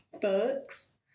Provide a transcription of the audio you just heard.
books